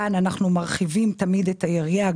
כאן אנחנו מרחיבים תמיד את היריעה.